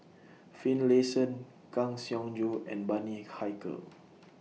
Finlayson Kang Siong Joo and Bani Haykal